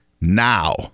now